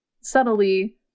subtly